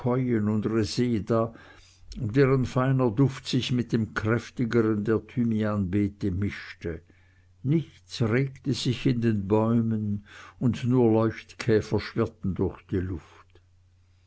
deren feiner duft sich mit dem kräftigeren der thymianbeete mischte nichts regte sich in den bäumen und nur leuchtkäfer schwirrten durch die luft